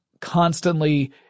constantly